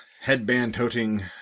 headband-toting